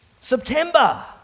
September